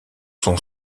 sont